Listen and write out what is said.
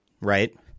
right